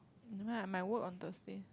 never mind ah my work on Thursday